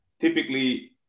typically